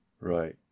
Right